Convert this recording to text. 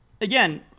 again –